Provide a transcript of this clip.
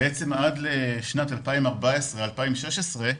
2016-2014,